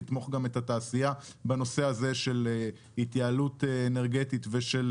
לתמוך גם את התעשייה בנושא הזה של התייעלות אנרגטית ושל